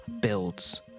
builds